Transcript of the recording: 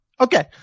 Okay